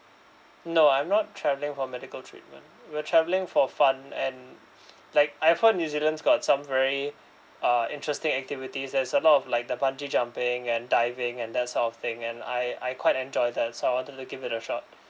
no I'm not travelling for medical treatment we're traveling for fun and like I've heard new zealand's got some very uh interesting activities there's a lot of like the bungee jumping and diving and that sort of thing and I I quite enjoy that so I wanted to give it a shot